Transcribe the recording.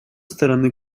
стороны